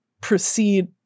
proceed